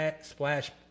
splash